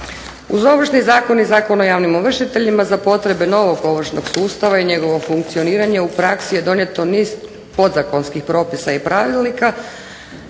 Uz Ovršni zakon i Zakon o javnim ovršiteljima za potrebe novog ovršnog sustava i njegovo funkcioniranje u praksi je donijeto niz podzakonskih propisa i pravilnika,